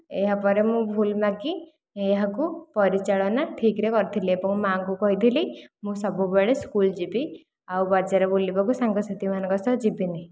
ଏହା ପରେ ମୁଁ ଭୁଲ ମାଗି ଏହାକୁ ପରିଚାଳନା ଠିକରେ କରିଥିଲି ଏବଂ ମା'ଙ୍କୁ କହିଥିଲି ମୁଁ ସବୁବେଳେ ସ୍କୁଲ ଯିବି ଆଉ ବଜାର ବୁଲିବାକୁ ସାଙ୍ଗ ସାଥିମାନଙ୍କ ସହ ଯିବିନି